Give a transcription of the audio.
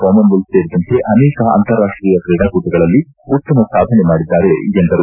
Commonwealth ಸೇರಿದಂತೆ ಅನೇಕ ಅಂತರಾಷ್ಟೀಯ ಕ್ರೀಡಾಕೂಟಗಳಲ್ಲಿ ಉತ್ತಮ ಸಾಧನೆ ಮಾಡಿದ್ದಾರೆ ಎಂದರು